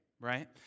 Right